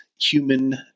human